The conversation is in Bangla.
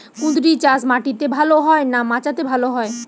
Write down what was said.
কুঁদরি চাষ মাটিতে ভালো হয় না মাচাতে ভালো হয়?